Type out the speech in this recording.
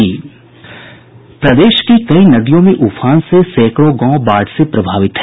प्रदेश की कई नदियों में उफान से सैकड़ों गांव बाढ़ से प्रभावित हैं